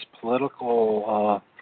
political